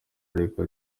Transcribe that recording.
ariko